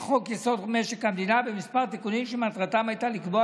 משק המדינה בכמה תיקונים שמטרתם הייתה לקבוע